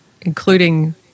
including